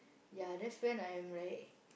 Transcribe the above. yeah that's when I'm like